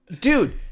dude